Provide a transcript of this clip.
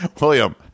William